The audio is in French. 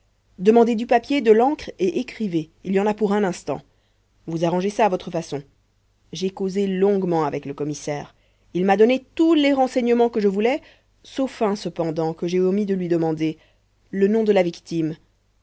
demandez du papier de l'encre et écrivez il y en a pour un instant vous arrangerez ça à votre façon j'ai causé longuement avec le commissaire il m'a donné tous les renseignements que je voulais sauf un cependant que j'ai omis de lui demander le nom de la victime